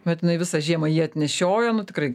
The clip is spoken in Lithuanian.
bet jinai visą žiemą jį atnešiojo nu tikrai